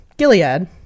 Gilead